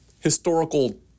historical